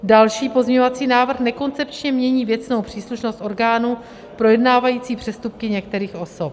Další pozměňovací návrh nekoncepčně mění věcnou příslušnost orgánů projednávající přestupky některých osob.